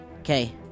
Okay